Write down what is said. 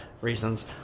reasons